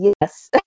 Yes